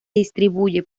distribuye